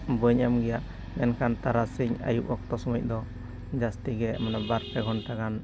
ᱵᱟᱹᱧ ᱮᱢ ᱜᱮᱭᱟ ᱢᱮᱱᱠᱷᱟᱱ ᱛᱟᱨᱟᱥᱤᱧ ᱟᱹᱭᱩᱵ ᱚᱠᱛᱚ ᱥᱚᱢᱚᱭ ᱫᱚ ᱡᱟᱹᱥᱛᱤ ᱜᱮ ᱢᱟᱱᱮ ᱵᱟᱨᱯᱮ ᱜᱷᱚᱱᱴᱟ ᱜᱟᱱ